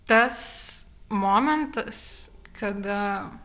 tas momentas kada